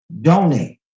donate